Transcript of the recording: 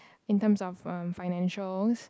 in terms of um financials